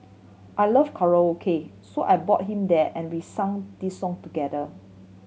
I love karaoke so I brought him there and we sang this song together